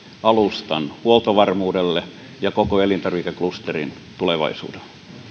alustan huoltovarmuudelle ja koko elintarvikeklusterin tulevaisuudelle